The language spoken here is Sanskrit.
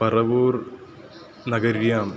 परवूर् नगर्यां